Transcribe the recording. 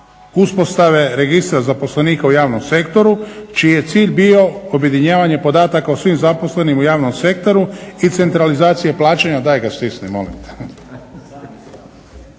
uspostave registra zaposlenika u javnom sektoru čiji je cilj bio objedinjavanje podataka o svim zaposlenima u javnom sektoru i centralizacije plaćanja … /Buka u